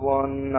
one